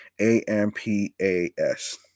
ampas